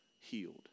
healed